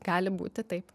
gali būti taip